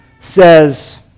says